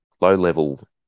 low-level